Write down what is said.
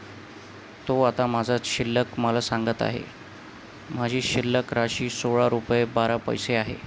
तो आता माझा शिल्लक मला सांगत आहे माझी शिल्लक राशी सोळा रुपये बारा पैसे आहे